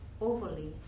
Overly